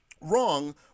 wrong